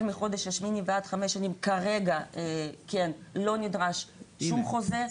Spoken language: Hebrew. מהחודש השמיני ועד חמש שנים כרגע לא נדרש שום חוזה,